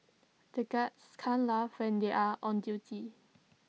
the guards can't laugh when they are on duty